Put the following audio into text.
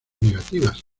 negativas